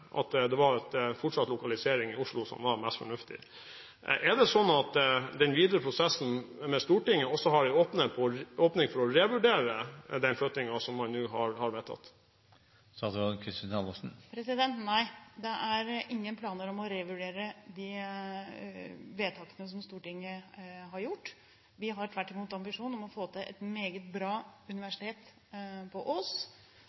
fortsatt lokalisering i Oslo var mest fornuftig. Er det sånn at den videre prosessen med Stortinget også har en åpning for å revurdere den flyttingen som man nå har vedtatt? Nei, det er ingen planer om å revurdere de vedtakene som Stortinget har gjort. Vi har tvert imot ambisjon om å få til et meget bra universitet på Ås.